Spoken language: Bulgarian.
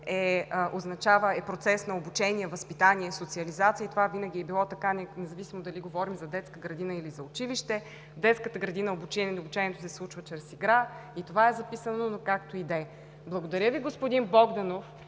е процес на обучение, възпитание и социализация, и това винаги е било така, независимо дали говорим за детска градина или за училище. В детската градина обучението се случва чрез игра и това е записано, но както и да е. Благодаря Ви, господин Богданов,